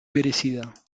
merecida